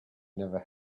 never